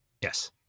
yes